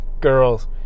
girls